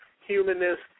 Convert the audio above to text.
humanist